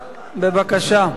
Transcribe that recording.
בבקשה.